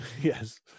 Yes